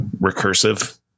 Recursive